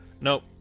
Nope